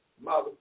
mother